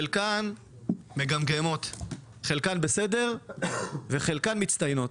חלקן מגמגמות, חלקן בסדר וחלקן מצטיינות.